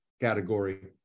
category